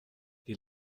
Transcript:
die